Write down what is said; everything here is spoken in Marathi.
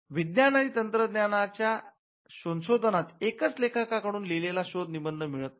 विज्ञान आणि तंत्रज्ञान च्या संशोधनात एकच लेखकाकडुन लिहिलेला शोध निबंध मिळत नाही